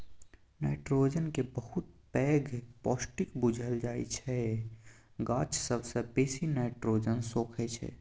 nitrogen केँ बहुत पैघ पौष्टिक बुझल जाइ छै गाछ सबसँ बेसी नाइट्रोजन सोखय छै